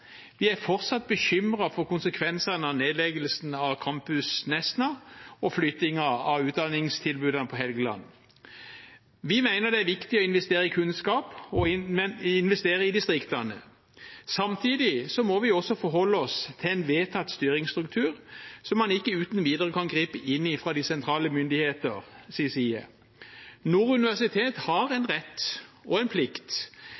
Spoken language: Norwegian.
Vi er fortsatt bekymret for konsekvensene av nedleggelsen av Campus Nesna og flyttingen av utdanningstilbudene på Helgeland. Vi mener det er viktig å investere i kunnskap og å investere i distriktene. Samtidig må vi også forholde oss til en vedtatt styringsstruktur som man ikke uten videre kan gripe inn i fra de sentrale myndigheters side. Nord universitet har en rett og en plikt